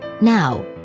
Now